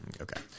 Okay